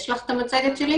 יש אצלכם את המצגת שלי.